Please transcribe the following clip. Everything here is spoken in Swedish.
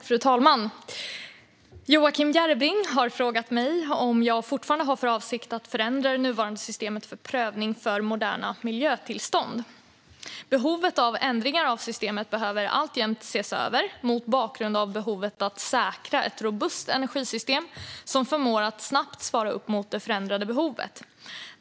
Fru talman! Joakim Järrebring har frågat mig om jag fortfarande har för avsikt att förändra det nuvarande systemet för prövning för moderna miljötillstånd. Behovet av ändringar av systemet behöver alltjämt ses över, mot bakgrund av behovet att säkra ett robust energisystem som förmår att snabbt svara upp mot det förändrade behovet.